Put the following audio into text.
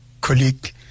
colleague